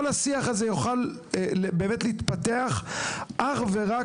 כל השיח הזה יוכל באמת להתפתח אך ורק